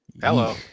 hello